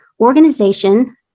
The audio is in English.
organization